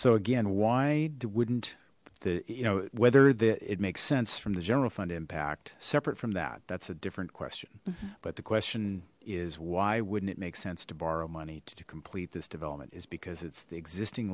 so again wide wouldn't the you know whether the it makes sense from the general fund impact separate from that that's a different question but the question is why wouldn't it make sense to borrow money to complete this development is because it's the existing